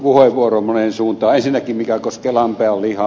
ensinnäkin siihen mikä koskee lampaan lihaa